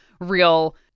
real